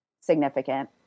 significant